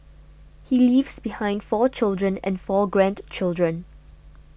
he leaves behind four children and four grandchildren